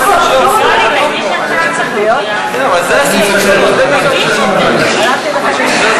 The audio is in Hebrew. גם לרדידות של הכנסת.